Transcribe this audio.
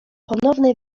ponowne